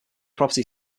property